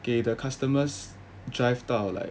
给 the customers drive 到 like